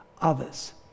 others